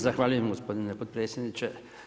Zahvaljujem gospodine potpredsjedniče.